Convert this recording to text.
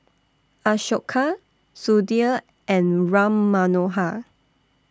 Ashoka Sudhir and Ram Manohar